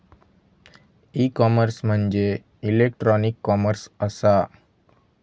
E commerce म्हणजे electronic commerce असा